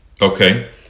Okay